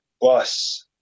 bus